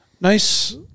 nice